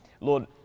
Lord